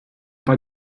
bei